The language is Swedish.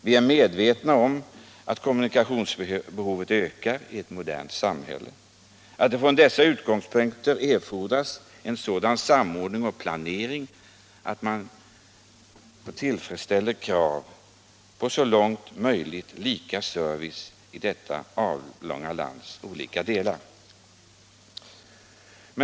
Vi är medvetna om att kommunikationsbehovet ökar i ett modernt samhälle och att det från dessa utgångspunkter erfordras en sådan samordning och planering att man tillfredsställer krav på så långt möjligt lika service i detta avlånga lands olika delar.